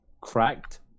cracked